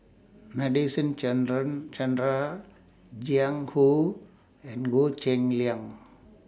Nadasen Chandra Chandra Jiang Hu and Goh Cheng Liang